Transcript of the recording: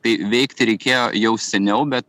tai veikti reikėjo jau seniau bet